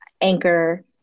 anchor